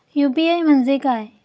UPI म्हणजे काय?